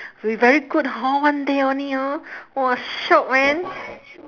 we very good hor one day only orh !wah! shiok man